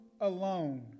alone